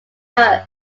earth